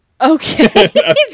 okay